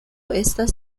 estas